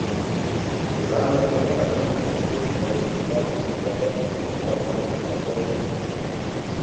žana bijojo kad šis tuoj stvers mačetę ir voš jai per makaulę